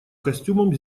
костюмом